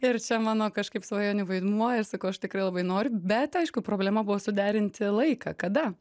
ir čia mano kažkaip svajonių vaidmuo ir sakau aš tikrai labai noriu bet aišku problema buvo suderinti laiką kada